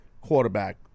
quarterback